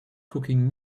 cooking